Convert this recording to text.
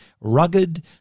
rugged